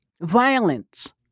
violence